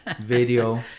video